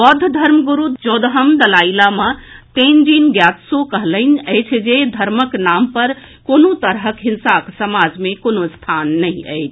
बौद्ध धर्मगुरू चौदहम दलाईलामा तनजीन ग्योत्सो कहलनि अछि जे धर्मक नाम पर कोनो तरहक हिंसाक समाज मे कोनो स्थान नहि अछि